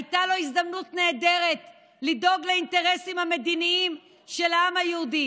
הייתה לו הזדמנות נהדרת לדאוג לאינטרסים המדיניים של העם היהודי,